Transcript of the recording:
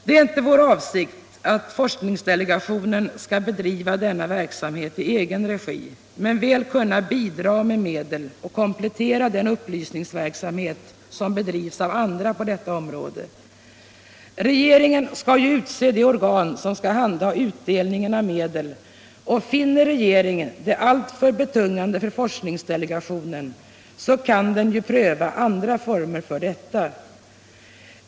Det är inte vår avsikt att forskningsdelegationen skall bedriva denna verksamhet i egen regi, men den skall väl kunna bidraga med medel och komplettera den upplysningsverksamhet som bedrivs av andra på detta område. Regeringen skall ju utse det organ som skall handha utdelningen av medel, och finner regeringen det alltför betungande för forskningsdelegationen, så kan den pröva andra former för detta.